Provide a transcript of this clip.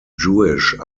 jewish